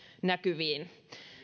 näkyviin